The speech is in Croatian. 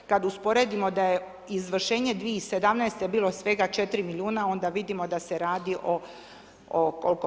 Kada usporedimo da je izvršenje 2017. bilo svega 4 milijuna onda vidimo da se radi o, o koliko?